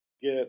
get